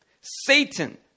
Satan